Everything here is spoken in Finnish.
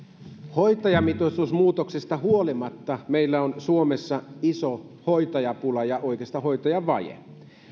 hoitajamitoitusmuutoksista huolimatta meillä on suomessa iso hoitajapula ja oikeastaan hoitajavaje